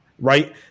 Right